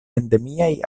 endemiaj